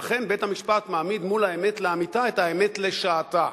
ולכן בית-המשפט מעמיד מול האמת לאמיתה את האמת לשעתה.